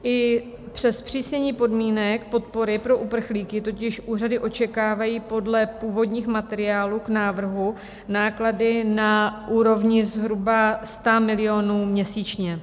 I přes zpřísnění podmínek podpory pro uprchlíky totiž úřady očekávají podle původních materiálů k návrhu náklady na úrovni zhruba 100 milionů měsíčně.